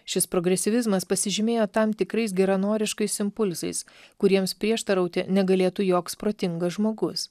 šis progresyvizmas pasižymėjo tam tikrais geranoriškais impulsais kuriems prieštarauti negalėtų joks protingas žmogus